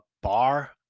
bar